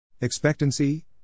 Expectancy